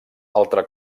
altre